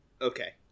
okay